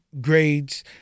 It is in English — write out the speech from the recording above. grades